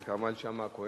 חבר הכנסת כרמל שאמה-הכהן.